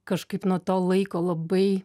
kažkaip nuo to laiko labai